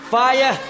Fire